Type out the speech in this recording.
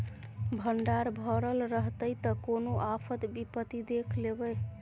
भंडार भरल रहतै त कोनो आफत विपति देख लेबै